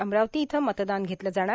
अमरावती इथं मतदान घेतलं जाणार